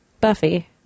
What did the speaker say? Buffy